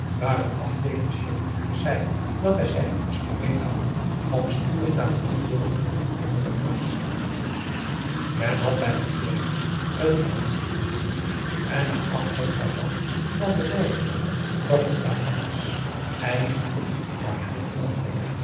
waar een afdeelingchef hem zei dat hij zich moest gereed houden om spoedig naar t hoofdbureau te worden overgeplaatst men had bij rivière een familiedineetje en na afloop daarvan kwam de boodschap dat er tamoe was eigenlijk maar half welkom